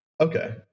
Okay